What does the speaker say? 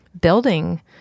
building